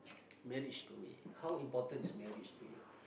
marriage to me how important is marriage to you